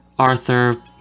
Arthur